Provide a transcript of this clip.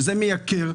שזה מייקר.